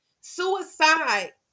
suicide